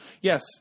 yes